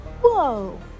whoa